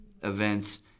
events